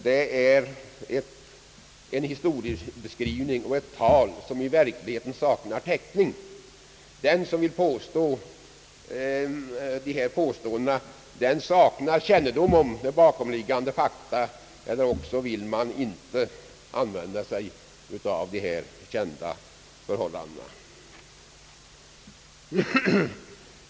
Det är en historiebeskrivning som i verkligheten saknar täckning. Den som påstår annat saknar kännedom om bakomliggande fakta eller vill inte använda sig av de kända förhållandena.